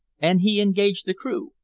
and he engaged the crew?